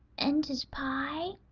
and his pie?